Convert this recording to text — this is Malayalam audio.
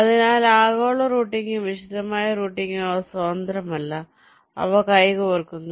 അതിനാൽ ആഗോള റൂട്ടിംഗും വിശദമായ റൂട്ടിംഗും അവ സ്വതന്ത്രമല്ല അവ കൈകോർക്കുന്നു